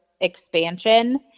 expansion